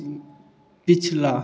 पछिला